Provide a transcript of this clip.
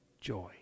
joy